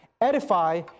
edify